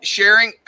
Sharing